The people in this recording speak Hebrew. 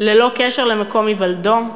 ללא קשר למקום היוולדו,